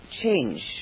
change